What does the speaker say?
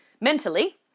mentally